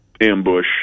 ambush